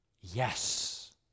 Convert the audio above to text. yes